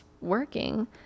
working